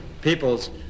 People's